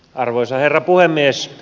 arvoisa herra puhemies